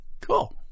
cool